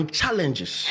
challenges